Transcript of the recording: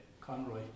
Conroy